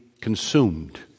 consumed